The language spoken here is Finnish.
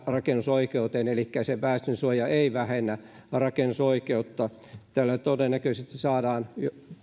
rakennusoikeuteen elikkä väestönsuoja ei vähennä rakennusoikeutta tällä todennäköisesti saadaan